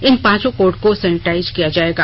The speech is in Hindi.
इन पांचों कोर्ट को सैनिटाइज किया जायेगा